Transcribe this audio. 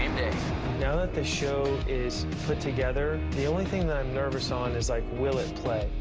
you know that the show is put together, the only thing that i'm nervous on is, like, will it play?